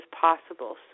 possible